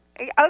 Okay